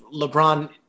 LeBron